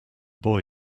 boy